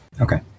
Okay